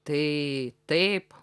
tai taip